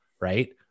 right